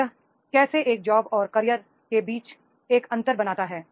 तो यह कैसे एक जॉब और कैरियर के बीच एक अंतर बनाता है